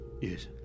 Yes